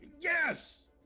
Yes